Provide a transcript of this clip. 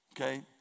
okay